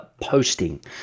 posting